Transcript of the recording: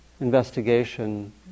investigation